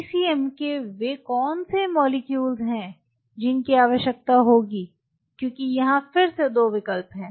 ECM के वे कौनसे मोलेक्युल्स हैं जिनकी आवश्यकता होगी क्योंकि यहां फिर से 2 विकल्प हैं